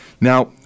Now